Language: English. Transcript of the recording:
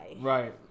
Right